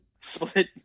split